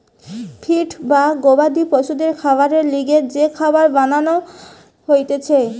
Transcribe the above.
feed বা গবাদি পশুদের খাবারের লিগে যে খাবার বানান হতিছে